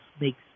makes